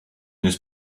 this